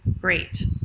Great